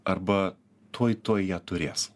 arba tuoj tuoj ją turės